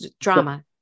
drama